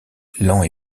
lent